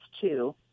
two